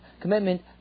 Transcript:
commitment